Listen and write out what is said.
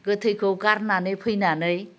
गोथैखौ गारनानै फैनानै